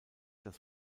das